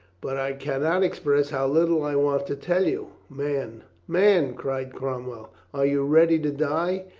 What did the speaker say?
but i can not express how little i want to tell you. man, man! cried cromwell. are you ready to die?